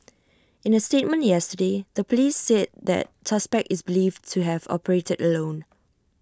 in A statement yesterday the Police said that suspect is believed to have operated alone